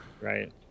Right